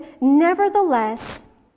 nevertheless